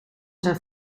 zijn